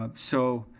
ah so,